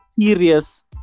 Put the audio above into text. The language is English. serious